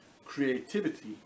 creativity